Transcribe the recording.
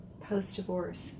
post-divorce